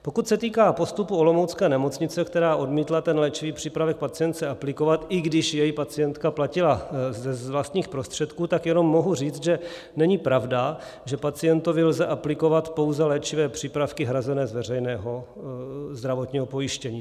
Pokud se týká postupu olomoucké nemocnice, která odmítla ten léčivý přípravek pacientce aplikovat, i když jej pacientka platila z vlastních prostředků, tak jenom mohu říct, že není pravda, že pacientovi lze aplikovat pouze léčivé přípravky hrazené z veřejného zdravotního pojištění.